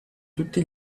tutti